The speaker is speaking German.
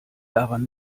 daran